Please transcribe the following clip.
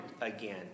again